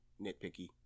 nitpicky